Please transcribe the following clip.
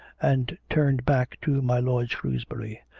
and turned back to my lord shrewsbury.